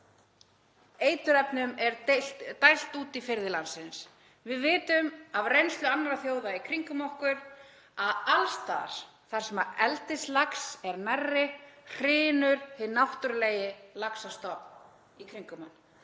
eiturefnum er dælt út í firði landsins. Við vitum af reynslu annarra þjóða í kringum okkur að alls staðar þar sem eldislax er nærri hrynur hinn náttúrulegi laxastofn í kringum hann.